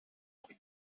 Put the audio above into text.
noch